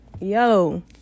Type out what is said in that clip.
yo